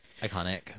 Iconic